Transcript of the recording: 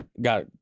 Got